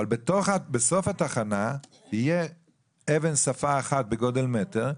אבל בסוף התחנה תהיה אבן שפה אחת בגודל מטר,